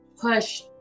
push